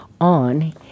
on